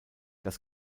das